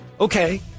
Okay